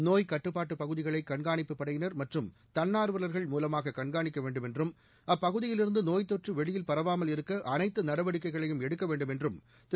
நோய் கட்டுப்பாட்டு பகுதிகளை கண்காணிப்பு படையின் மற்றும் தன்னார்வலர்கள் மூலமாக கண்காணிக்க வேண்டும் என்றும் அப்பகுதியில் இருந்து நோய்த்தொற்று வெளியில் பரவாமல் இருக்க அனைத்து நடவடிக்கைகளையும் எடுக்க வேண்டும் என்று திரு